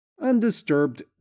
undisturbed